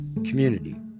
community